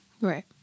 Right